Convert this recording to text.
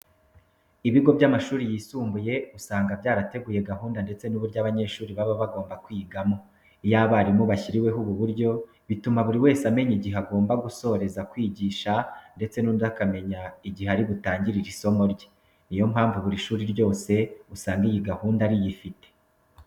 Ibigo by'amashuri yisumbuye usanga byarateguye gahunda ndetse n'uburyo abanyeshuri baba bagomba kwigamo. Iyo abarimu bashyiriweho ubu buryo, bituma buri wese amenya igihe agomba gusoreza kwigisha ndetse n'undi akamenya igihe ari butangire isomo rye. Ni yo mpamvu buri shuri ryose usanga iyi gahunda riyifite.